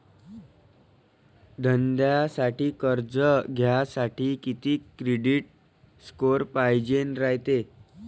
धंद्यासाठी कर्ज घ्यासाठी कितीक क्रेडिट स्कोर पायजेन रायते?